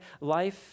life